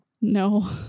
No